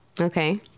Okay